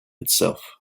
itself